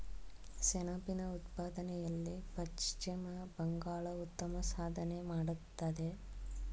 ಸೆಣಬಿನ ಉತ್ಪಾದನೆಯಲ್ಲಿ ಪಶ್ಚಿಮ ಬಂಗಾಳ ಉತ್ತಮ ಸಾಧನೆ ಮಾಡತ್ತದೆ